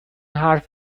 حرف